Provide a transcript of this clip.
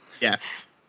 Yes